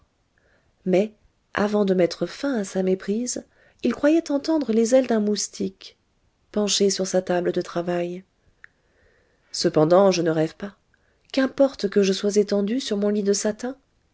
mais avant de mettre fin à sa méprise il croyait entendre les ailes d'un moustique penché sur sa table de travail cependant je ne rêve pas qu'importe que je sois étendu sur mon lit de satin